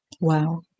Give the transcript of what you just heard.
Wow